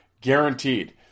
Guaranteed